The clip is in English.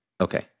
Okay